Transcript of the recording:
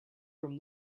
from